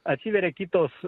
atsiveria kitos